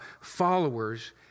followers